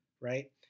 right